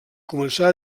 començar